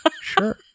Sure